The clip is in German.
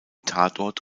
tatort